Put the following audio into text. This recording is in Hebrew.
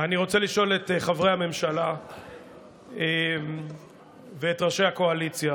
אני רוצה לשאול את חברי הממשלה ואת ראשי הקואליציה